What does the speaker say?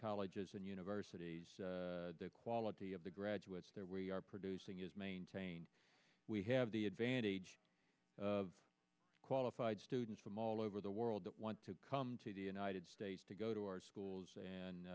colleges and universities the quality of the graduates that we are producing is maintained we have the advantage of qualified students from all over the world that want to come to the united states to go to our